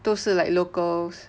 都是 like locals